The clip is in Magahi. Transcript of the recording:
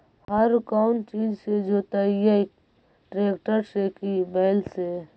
हर कौन चीज से जोतइयै टरेकटर से कि बैल से?